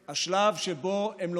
השלב שבו שהם פותחים עסק,